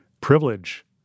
privilege